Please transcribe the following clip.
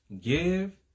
Give